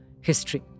history